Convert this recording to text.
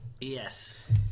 Yes